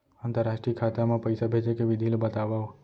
अंतरराष्ट्रीय खाता मा पइसा भेजे के विधि ला बतावव?